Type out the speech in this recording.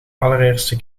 allereerste